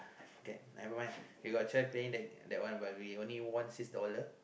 forget never mind we got try playing that that one but we only won six dollar